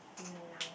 um